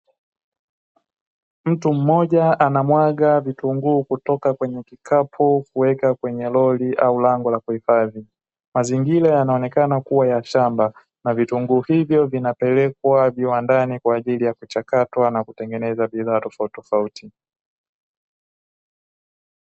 Mtu mmoja anamwaga vitunguu kutoka kwenye kikapu kuweka kwenye lori au lango la kuhifadhi, mazingira yanaonekana kuwa ya shamba na vitunguu hivyo vinapelekwa viwandani kwa ajili ya kuchakatwa na kutengeneza bidhaa tofautitofauti.